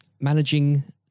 managing